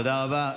תודה רבה.